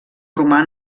roman